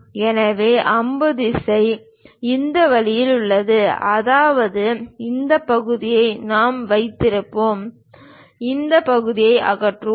எனவே அம்பு திசை இந்த வழியில் உள்ளது அதாவது இந்த பகுதியை நாம் வைத்திருப்போம் இந்த பகுதியை அகற்றுவோம்